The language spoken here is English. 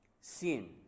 sin